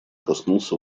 коснулся